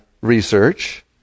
research